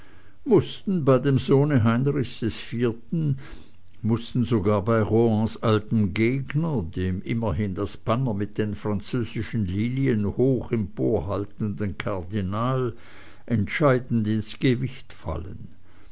mußten bei dem sohne heinrichs iv mußten sogar bei rohans altem gegner dem immerhin das banner mit den französischen lilien hoch emporhaltenden kardinal entscheidend ins gewicht fallen